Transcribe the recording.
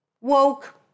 Woke